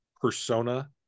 persona